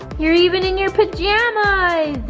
you're even in your pajamas!